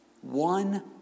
one